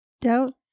Doubt